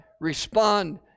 respond